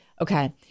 Okay